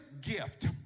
gift